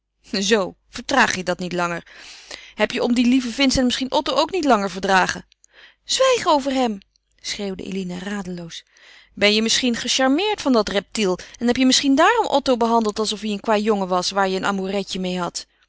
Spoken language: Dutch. zoo verdraag je dat niet langer heb je om dien lieven vincent misschien otto ook niet langer verdragen zwijg over hem schreeuwde eline radeloos ben je misschien gecharmeerd van dat reptiel en heb je misschien daarom otto behandeld alsof hij een kwâjongen was waar je een amouretje meê had